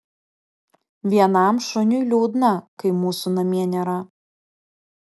vienam šuniui liūdna kai mūsų namie nėra